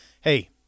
Hey